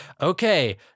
okay